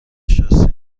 شاسی